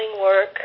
work